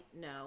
No